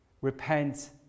Repent